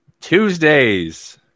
Tuesdays